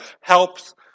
helps